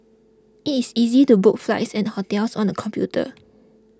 it is easy to book flights and hotels on the computer